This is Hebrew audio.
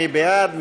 מי בעד?